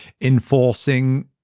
enforcing